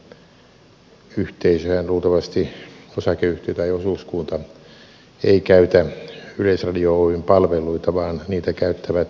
yhteisöhän osakeyhtiö tai osuuskunta luultavasti ei käytä yleisradio oyn palveluita vaan niitä käyttävät henkilöt